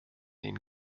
den